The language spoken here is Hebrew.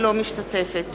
אינה משתתפת